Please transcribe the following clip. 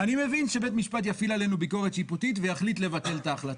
אני מבין שבית המשפט יפעיל עלינו ביקורת שיפוטית ויחליט לבטל את ההחלטה.